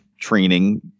training